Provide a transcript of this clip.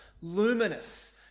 luminous